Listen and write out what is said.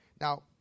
Now